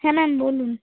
হ্যাঁ ম্যাম বলুন